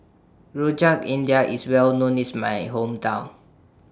Rojak India IS Well known IS My Hometown